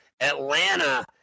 Atlanta